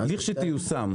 לכשתיושם.